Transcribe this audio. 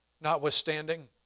Notwithstanding